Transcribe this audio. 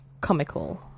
comical